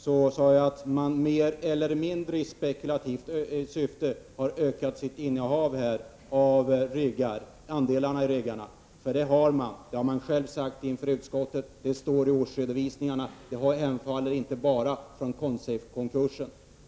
Jag sade att man mer eller mindre i spekulativt syfte har ökat sitt innehav av andelar i riggarna. Det har man gjort. Det har man sagt inför utskottet, och det står i årsredovisningarna. Riggarna härrör inte bara från Consafekonkursen.